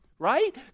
right